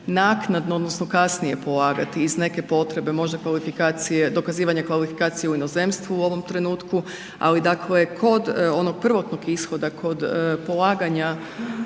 naknadno odnosno kasnije polagati iz neke potrebe, možda kvalifikacije, dokazivanje kvalifikacije u inozemstvu u ovom trenutku ali dakle, kod onog prvotnog ishoda, kod polaganja